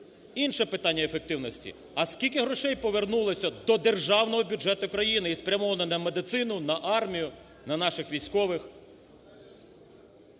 Інше питання ефективності: а скільки грошей повернулося до державного бюджету країни і спрямовано на медицину, на армію, на наших військових?